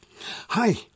Hi